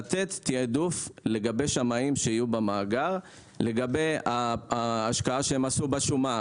לתת תיעדוף לשמאים שיהיו במאגר לגבי ההשקעה שהם עשו בשומה.